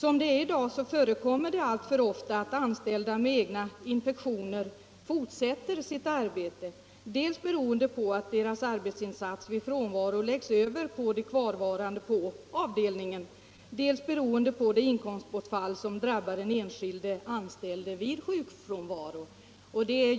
I dag förekommer det alltför ofta att anställda med egna infektioner fortsätter att arbeta dels beroende på att deras arbetsinsats annars läggs över på de kvarvarande på avdelningen, dels beroende på det inkomstbortfall som drabbar den anställde vid sjukfrånvaron.